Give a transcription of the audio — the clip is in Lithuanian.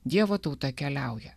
dievo tauta keliauja